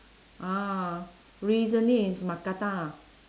ah recently is mookata ah